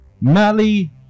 Mali